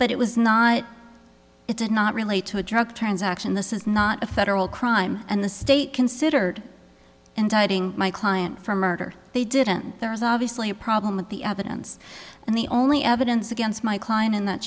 but it was not it did not relate to a drug transaction this is not a federal crime and the state considered and dieting my client for murder they didn't there is obviously a problem with the evidence and the only evidence against my client in that